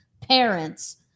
parents